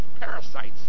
parasites